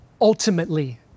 ultimately